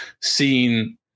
seeing